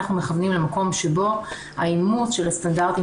אנחנו מכוונים למקום שבו האימוץ של הסטנדרטים